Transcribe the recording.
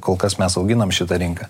kol kas mes auginam šitą rinką